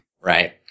Right